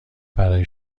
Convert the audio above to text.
برای